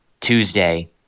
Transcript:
Tuesday